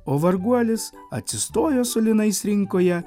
o varguolis atsistojo su linais rinkoje